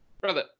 brother